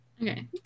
Okay